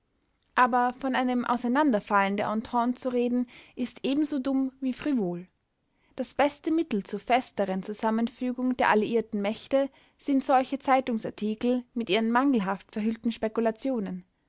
aber von einem auseinanderfallen der entente zu reden ist ebenso dumm wie frivol das beste mittel zur festeren zusammenfügung der alliierten mächte sind solche zeitungsartikel mit ihren mangelhaft verhüllten spekulationen